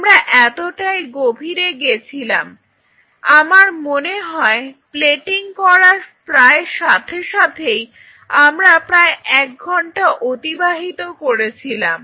আমরা এতটাই গভীরে গেছিলাম আমার মনে হয় প্লেটিং করার প্রায় সাথে সাথেই আমরা প্রায় এক ঘন্টা অতিবাহিত করেছিলাম